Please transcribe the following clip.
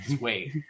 Wait